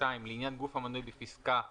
לעניין גוף המנוי בפסקה (3)